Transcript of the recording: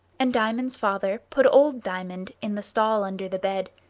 and diamond's father put old diamond in the stall under the bed,